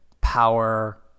power